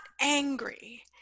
angry